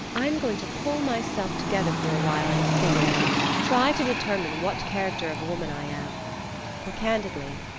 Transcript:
i'm going to pull myself together for a while and think try to determine what character of a woman i am for, candidly,